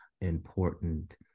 important